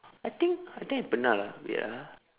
I think I think I pernah lah wait ah